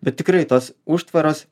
bet tikrai tos užtvaros